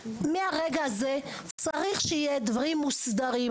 מהרגע הזה צריך שיהיה דברים מוסדרים,